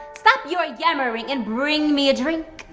stop your yammering and bring me a drink.